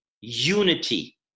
unity